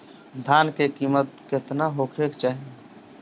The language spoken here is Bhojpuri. धान के किमत केतना होखे चाही?